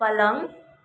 पलङ